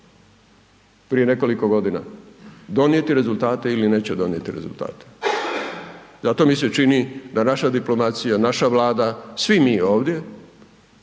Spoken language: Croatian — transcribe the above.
prije nekoliko godina, donijeti rezultate ili neće donijeti rezultate. Zato mi se čini da naša diplomacija, naša Vlada, svi mi ovdje,